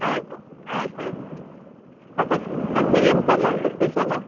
ಆಯ್ತು ಆಯ್ತಯ್ತು ಸರ್ ಮತ್ತೆ ಸಂಜೆಗೆ ಎಂತೆಲ್ಲ ಉಂಟು ಸ್ಪೆಷಲ